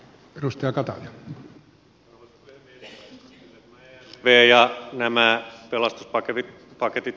kyllä tämä ervv ja nämä pelastuspaketit toimivat